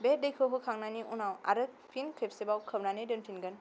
बे दैखौ होखांनायनि उनाव आरो फिन खेबसेबाव खोबनानै दोनफिनगोन